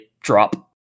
drop